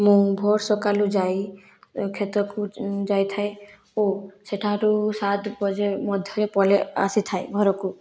ମୁଁ ଭୋର ସକାଳୁ ଯାଇ କ୍ଷେତକୁ ଯାଇଥାଏ ଓ ସେଠାରୁ ସାତ ବଜେ ମଧ୍ୟରେ ପଳେଇ ଆସିଥାଏ ଘରକୁ